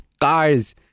cars